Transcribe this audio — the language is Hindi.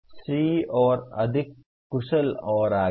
C और अधिक कुशल और आगे